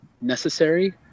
necessary